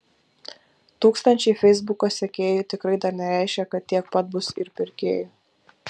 tūkstančiai feisbuko sekėjų tikrai dar nereiškia kad tiek pat bus ir pirkėjų